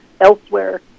elsewhere